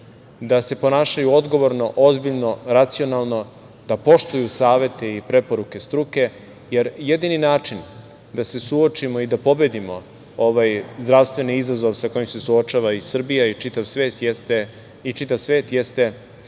da se ponašaju odgovorno, ozbiljno, racionalno, da poštuju savete i preporuke struke, jer jedini način da se suočimo i da pobedimo ovaj zdravstveni izazov sa kojim se suočava i Srbija i čitav svet jeste